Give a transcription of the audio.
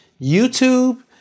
YouTube